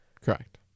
Correct